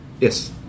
Yes